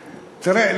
תראה,